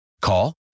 Call